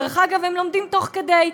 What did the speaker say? דרך אגב, הם לומדים תוך כדי.